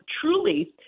truly